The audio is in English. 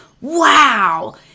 wow